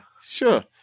sure